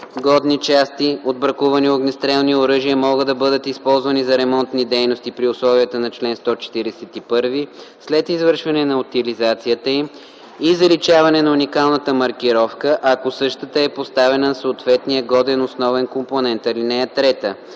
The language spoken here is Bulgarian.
Годни части от бракувани огнестрелни оръжия могат да бъдат използвани за ремонтни дейности при условията на чл. 141 след извършване на утилизацията им и заличаване на уникалната маркировка, ако същата е поставена на съответния годен основен компонент. (3)